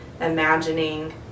imagining